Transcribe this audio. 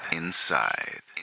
inside